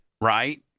right